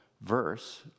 verse